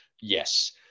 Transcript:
yes